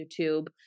YouTube